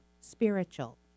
spiritual